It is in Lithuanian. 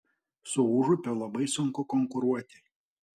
su užupiu labai sunku konkuruoti